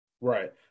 Right